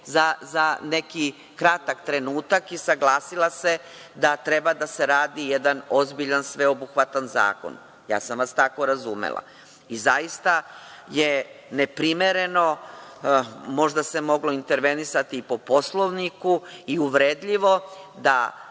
za neki kratak trenutak i saglasila se da treba dase radi jedan ozbiljan sveobuhvatan zakon. Ja sam vas tako razumela. Zaista je neprimereno, možda se moglo intervenisati po Poslovniku i uvredljivo da